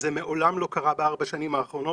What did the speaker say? זה מעולם לא קרה בארבע השנים האחרונות.